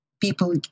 people